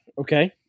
okay